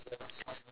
ya